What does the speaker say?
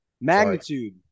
Magnitude